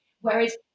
whereas